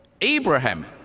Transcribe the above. Abraham